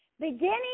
beginning